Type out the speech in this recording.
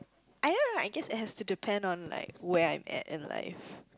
I don't know I guess it has to depend on like where I'm at in life